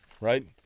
right